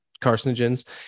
carcinogens